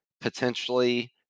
potentially